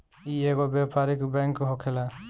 इ एगो व्यापारिक बैंक होखेला